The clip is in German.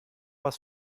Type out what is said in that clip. was